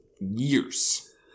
years